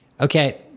Okay